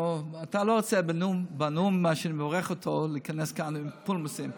אתה לא רוצה בנאום שאני מברך אותו להיכנס כאן לפולמוסים.